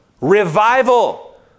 Revival